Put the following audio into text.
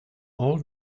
all